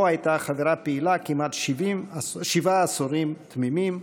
שבו הייתה חברה פעילה כמעט שבעה עשורים תמימים.